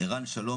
ערן שלום,